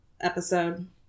episode